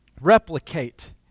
replicate